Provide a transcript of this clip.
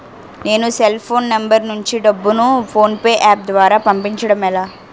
నేను cell phone number నుంచి డబ్బును ను ఫోన్పే అప్ ద్వారా పంపించడం ఎలా?